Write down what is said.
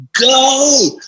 go